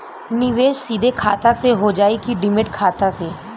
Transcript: निवेश सीधे खाता से होजाई कि डिमेट खाता से?